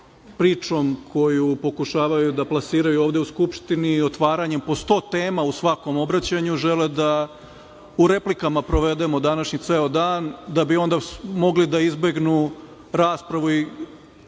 pričom koju pokušavaju da plasiraju ovde u Skupštini i otvaranjem po 100 tema u svakom obraćanju, žele da u replikama provedemo današnji ceo dan da bi onda mogli da izbegnu raspravu i